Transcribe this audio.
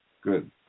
good